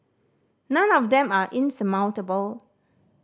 none of them are insurmountable